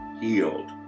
healed